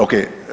Ok.